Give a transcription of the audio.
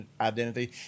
identity